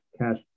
cash